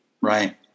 Right